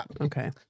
Okay